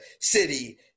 city